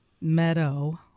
Meadow